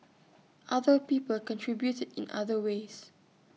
other people contributed in other ways